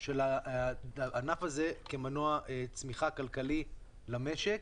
של הענף הזה כמנוע צמיחה כלכלי למשק.